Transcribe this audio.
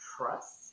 trust